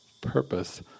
purpose